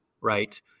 right